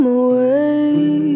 away